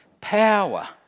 power